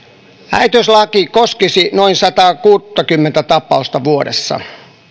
äitiyslaki koskisi noin sataakuuttakymmentä tapausta vuodessa